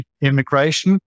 immigration